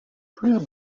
plus